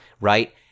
right